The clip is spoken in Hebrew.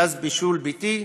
גז הבישול הביתי.